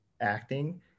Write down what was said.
acting